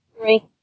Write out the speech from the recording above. Three